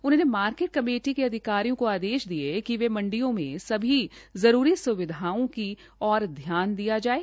उन्होंने market committee के अधिकारियों को आदेश दिये कि वे मंडियों में सभी जरूरी सुविधाओं की ओर ध्यान दिया जाये